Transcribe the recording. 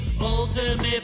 ultimate